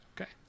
Okay